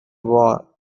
war